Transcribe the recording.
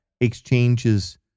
exchanges